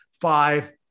five